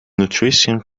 nutrition